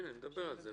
כן, אני מדבר על זה.